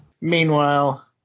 Meanwhile